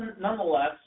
nonetheless